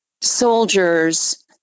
soldiers